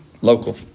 Local